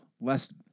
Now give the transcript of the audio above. less